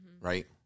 right